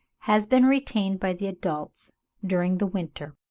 has been retained by the adults during the winter.